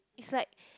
it's like